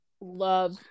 love